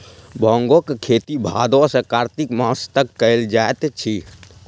भांगक खेती भादो सॅ कार्तिक मास तक कयल जाइत अछि